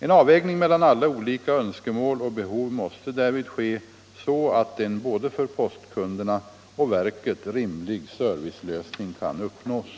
En avvägning mellan alla olika önskemål och behov måste därvid ske, så att en både för postkunderna och för verket rimlig servicelösning kan uppnäs.